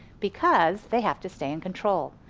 because they have to stay in control.